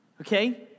Okay